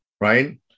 right